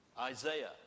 Isaiah